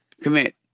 commit